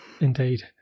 Indeed